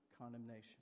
condemnation